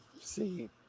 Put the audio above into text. see